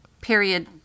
Period